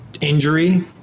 Injury